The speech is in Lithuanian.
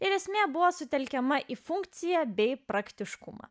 ir esmė buvo sutelkiama į funkciją bei praktiškumą